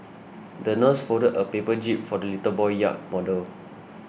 the nurse folded a paper jib for the little boy yacht model